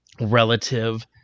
relative